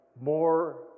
more